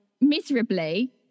miserably